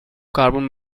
carbon